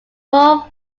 four